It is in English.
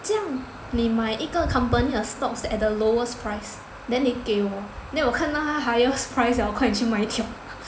这样你买一个 company 的 stocks at the lowest price then 你给我 then 我看到他 highest price liao 我快点去卖掉